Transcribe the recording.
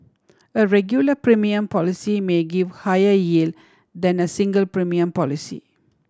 a regular premium policy may give higher yield than a single premium policy